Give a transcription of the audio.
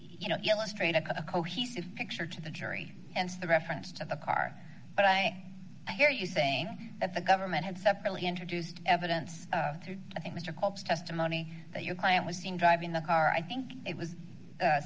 to illustrate a cohesive picture to the jury and to the reference to the car but i hear you saying that the government had separately introduced evidence through i think mr culp's testimony that your client was seen driving the car i think it was